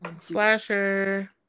Slasher